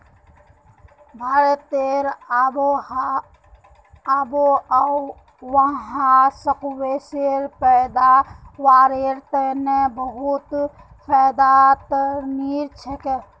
भारतेर आबोहवा स्क्वैशेर पैदावारेर तने बहुत बेहतरीन छेक